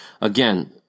Again